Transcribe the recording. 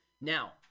Now